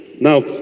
Now